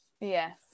yes